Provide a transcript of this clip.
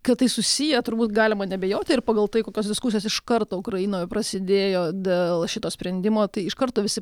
kad tai susiję turbūt galima neabejoti ir pagal tai kokios diskusijos iš karto ukrainoje prasidėjo dėl šito sprendimo tai iš karto visi